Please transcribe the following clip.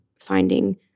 finding